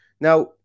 Now